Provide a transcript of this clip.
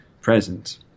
present